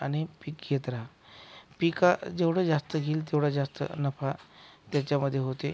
आणि पीक घेत रहा पिका जेवढं जास्त घेईल तेवढा जास्त नफा त्याच्यामधे होते